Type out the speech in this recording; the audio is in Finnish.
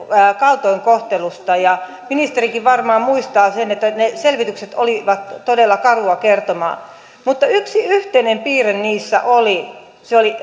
kaltoinkohtelusta ja ministerikin varmaan muistaa sen että ne selvitykset olivat todella karua kertomaa mutta yksi yhteinen piirre niissä oli se oli